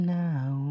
now